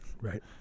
right